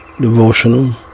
devotional